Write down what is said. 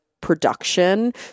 production